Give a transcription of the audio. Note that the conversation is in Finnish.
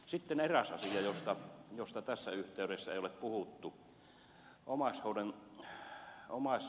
sitten eräs asia josta tässä yhteydessä ei ole puhuttu